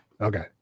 Okay